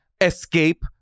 escape